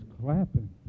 clapping